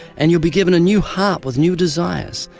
and you'll be given a new heart with new desires.